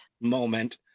moment